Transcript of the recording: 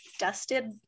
dusted